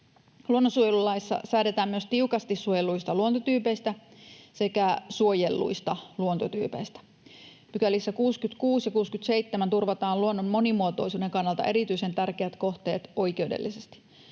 Luonnonsuojelulaissa säädetään myös tiukasti suojelluista luontotyypeistä sekä suojelluista luontotyypeistä. 66 ja 67 §:issä turvataan luonnon monimuotoisuuden kannalta erityisen tärkeät kohteet oikeudellisesti.